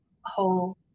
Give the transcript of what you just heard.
whole